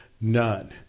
none